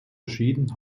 geschieden